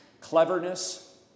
cleverness